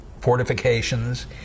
fortifications